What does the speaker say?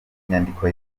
inyandiko